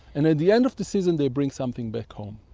and at the end of the season they bring something back home.